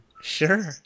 sure